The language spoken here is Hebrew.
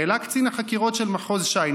העלה קצין החקירות של מחוז ש"י,